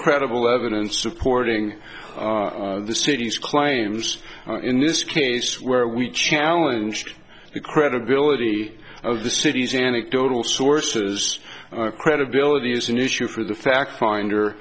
credible evidence supporting the city's claims in this case where we challenge to the credibility of the city's anecdotal sources credibility is an issue for the fact finder